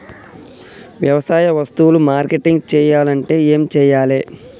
వ్యవసాయ వస్తువులు మార్కెటింగ్ చెయ్యాలంటే ఏం చెయ్యాలే?